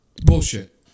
Bullshit